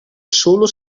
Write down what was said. solo